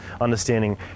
understanding